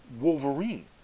Wolverine